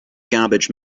garbage